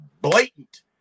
blatant